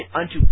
unto